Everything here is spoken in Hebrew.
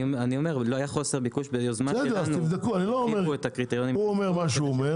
אני אומר שהיה חוסר ביקוש --- הוא אומר מה שהוא אומר,